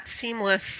seamless